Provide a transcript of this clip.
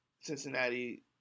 Cincinnati